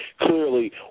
clearly